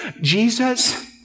Jesus